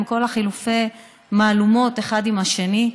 עם כל חילופי המהלומות אחד עם השני.